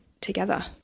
together